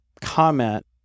comment